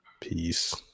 peace